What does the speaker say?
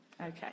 Okay